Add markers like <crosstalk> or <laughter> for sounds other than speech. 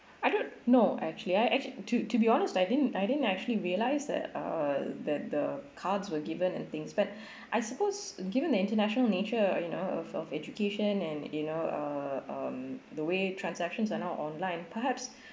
I don't know actually I act~ to to be honest I didn't I didn't actually realise that uh that the cards were given and things but <breath> I suppose given the international nature you know of of education and you know uh um the way transactions are now online perhaps